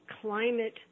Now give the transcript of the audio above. climate